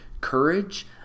Courage